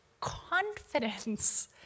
confidence